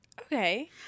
Okay